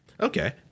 Okay